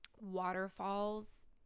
waterfalls